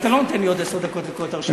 אתה לא נותן לי עוד עשר דקות לקרוא את הרשימה.